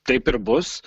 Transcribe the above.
taip ir bus